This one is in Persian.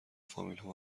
فامیلها